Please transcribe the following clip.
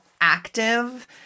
active